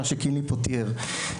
מה שקינלי פה תיאר.